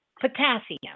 potassium